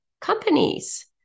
companies